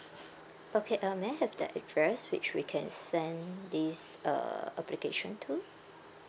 okay um may I have the address which we can send this uh application to